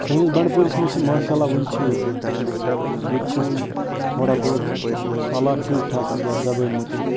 سٲنِس بنڈ پوٗرس منٛز چھِ ما شاء اللہ وٕنہِ چھِ ییٚتہِ ییٚتہِ چھِ وٕنہِ تھوڑا بہت حالات ٹھیٖک تھاکھے یَتھ زبانہِ مُتعلق